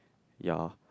ya